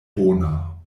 bona